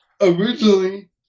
originally